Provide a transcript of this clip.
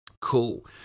Cool